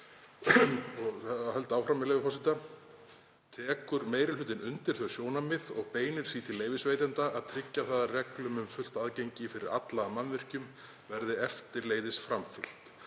Og ég held áfram, með leyfi forseta: „Tekur meiri hlutinn undir þau sjónarmið og beinir því til leyfisveitenda að tryggja það að reglum um fullt aðgengi fyrir alla að mannvirkjum verði eftirleiðis framfylgt.“